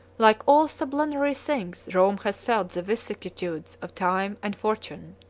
like all sublunary things, rome has felt the vicissitudes of time and fortune.